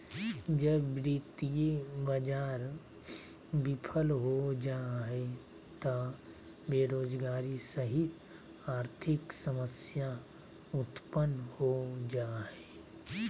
जब वित्तीय बाज़ार बिफल हो जा हइ त बेरोजगारी सहित आर्थिक समस्या उतपन्न हो जा हइ